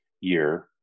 year